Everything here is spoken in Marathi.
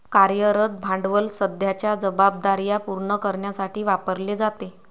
कार्यरत भांडवल सध्याच्या जबाबदार्या पूर्ण करण्यासाठी वापरले जाते